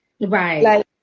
Right